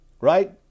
Right